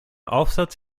aufsatz